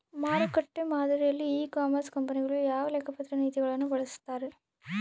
ಮಾರುಕಟ್ಟೆ ಮಾದರಿಯಲ್ಲಿ e commerce ಕಂಪನಿಗಳು ಯಾವ ಲೆಕ್ಕಪತ್ರ ನೇತಿಗಳನ್ನು ಬಳಸುತ್ತಾರೆ?